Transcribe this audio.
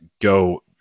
go